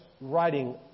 writing